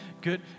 good